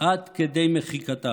עד כדי מחיקתה,